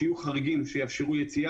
שיהיו חריגים שיאפשרו יציאה.